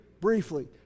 briefly